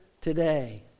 today